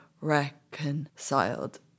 reconciled